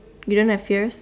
you don't have yours